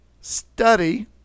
study